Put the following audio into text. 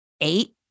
eight